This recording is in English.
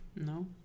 No